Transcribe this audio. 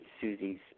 Susie's